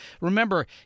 Remember